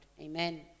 amen